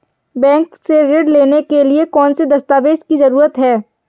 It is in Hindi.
बैंक से ऋण लेने के लिए कौन से दस्तावेज की जरूरत है?